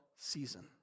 season